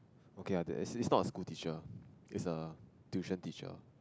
okay ah it's not a school teacher is a tuition teacher